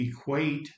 equate